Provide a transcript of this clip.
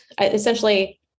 Essentially